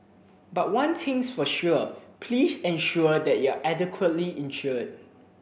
but one thing's for sure please ensure that are you are adequately insured